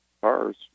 cars